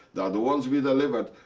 that once we delivered,